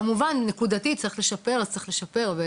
כמובן, נקודתית צריך לשפר, אז צריך לשפר.